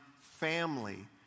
family